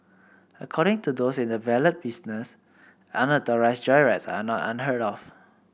according to those in the valet business unauthorised joyrides are not unheard of